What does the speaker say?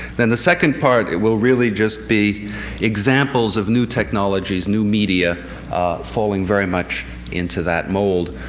then the second part will really just be examples of new technologies new media falling very much into that mold.